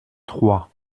trois